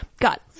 got